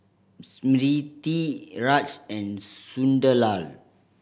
Smriti Raj and Sunderlal